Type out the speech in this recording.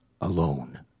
alone